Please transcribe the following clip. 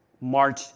march